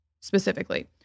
specifically